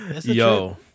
yo